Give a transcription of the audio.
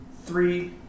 Three